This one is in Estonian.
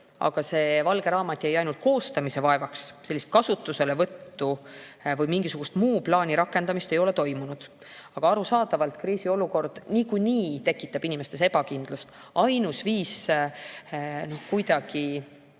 Ent see valge raamat jäi ainult koostamise vaevaks, selle kasutuselevõttu ega mingisuguse muu plaani rakendamist ei ole toimunud. Arusaadavalt kriisiolukord niikuinii tekitab inimestes ebakindlust. Ainus viis kuidagi